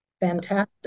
Fantastic